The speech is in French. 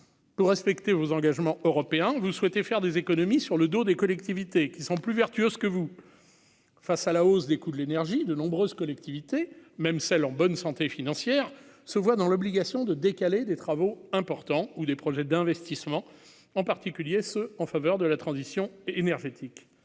tout respecter vos engagements européens, vous souhaitez faire des économies sur le dos des collectivités qui sont plus vertueuses que vous face à la hausse des coûts de l'énergie, de nombreuses collectivités même celles en bonne santé financière se voit dans l'obligation de décaler des travaux importants ou des projets d'investissement, en particulier ceux en faveur de la transition énergétique